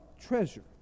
treasure